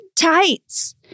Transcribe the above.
tights